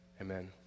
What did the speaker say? amen